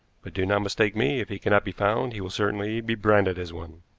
but do not mistake me if he cannot be found he will certainly be branded as one.